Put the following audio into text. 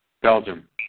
Belgium